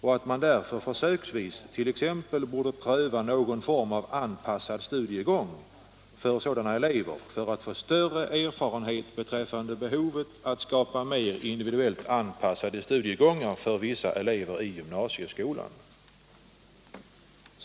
Man borde därför försöksvis t.ex. pröva någon form av anpassad studieform för sådana elever för att få större erfarenhet beträffande behovet att skapa mer individuellt anpassade studiegångar för vissa elever i gymnasieskolan.